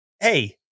hey